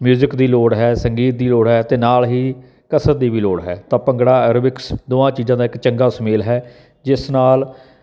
music ਦੀ ਲੋੜ ਹੈ ਸੰਗੀਤ ਦੀ ਲੋੜ ਹੈ ਅਤੇ ਨਾਲ ਹੀ ਕਸਰਤ ਦੀ ਵੀ ਲੋੜ ਹੈ ਤਾਂ ਭੰਗੜਾ ਐਰੋਬਿਕਸ ਦੋਵਾਂ ਚੀਜ਼ਾਂ ਦਾ ਇੱਕ ਚੰਗਾ ਸੁਮੇਲ ਹੈ ਜਿਸ ਨਾਲ